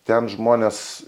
ten žmonės